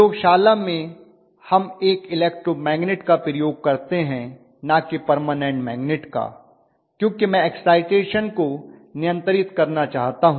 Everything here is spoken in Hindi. प्रयोगशाला में हम एक इलेक्ट्रो मैगनेट का प्रयोग करते हैं न कि परमानेंट मैगनेट का क्योंकि मैं एक्साइटेशन को नियंत्रित करना चाहता हूं